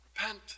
Repent